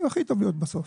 הכי טוב להיות בסוף.